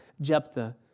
Jephthah